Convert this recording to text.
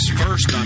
first